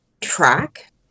track